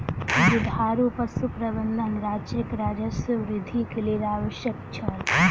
दुधारू पशु प्रबंधन राज्यक राजस्व वृद्धिक लेल आवश्यक छल